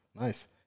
Nice